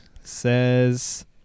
Says